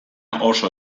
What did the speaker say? oso